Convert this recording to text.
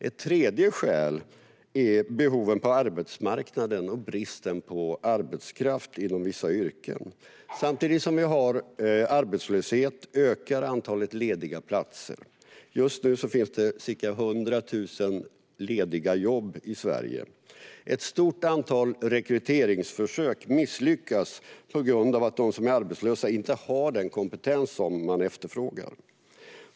Ett tredje skäl är behoven på arbetsmarknaden och bristen på arbetskraft inom vissa yrken. Samtidigt som vi har arbetslöshet ökar antalet lediga platser. Just nu finns det ca 100 000 lediga jobb i Sverige. Ett stort antal rekryteringsförsök misslyckas på grund av att de som är arbetslösa inte har den kompetens som efterfrågas.